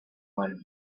one